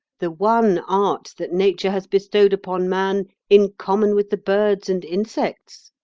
the one art that nature has bestowed upon man in common with the birds and insects,